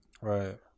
Right